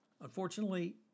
Unfortunately